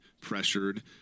pressured